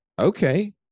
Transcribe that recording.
okay